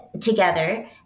together